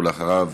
ואחריו,